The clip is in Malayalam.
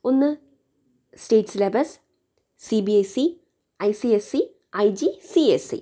ഒന്ന് state syllabus C B S E I C S E I G C S E